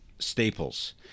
Staples